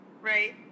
Right